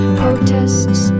protests